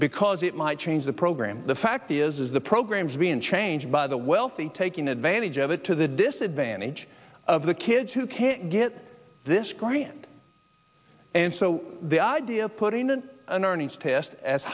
because it might change the program the fact is the programs are being changed by the wealthy taking advantage of it to the disadvantage of the kids who can't get this grant and so the idea of putting a test as